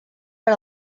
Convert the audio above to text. per